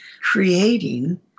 creating